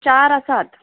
चार आसात